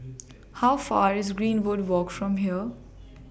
How Far away IS Greenwood Walk from here